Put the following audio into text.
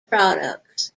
products